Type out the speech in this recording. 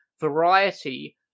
variety